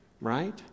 right